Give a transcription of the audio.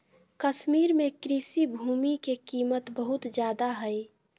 कश्मीर में कृषि भूमि के कीमत बहुत ज्यादा हइ